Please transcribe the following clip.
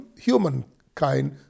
humankind